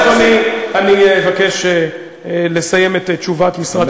לכן, אדוני, אני אבקש לסיים את תשובת משרד הפנים.